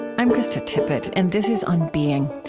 i'm krista tippett, and this is on being.